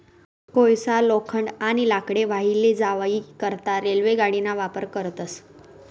कोयसा, लोखंड, आणि लाकडे वाही लै जावाई करता रेल्वे गाडीना वापर करतस